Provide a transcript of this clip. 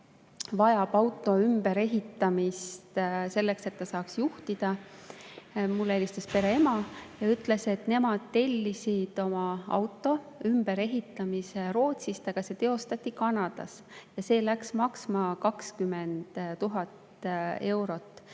vajab auto ümberehitamist selleks, et ta saaks seda juhtida. Pereema ütles, et nemad tellisid oma auto ümberehitamise Rootsist, aga see teostati Kanadas ja läks maksma 20 000 eurot.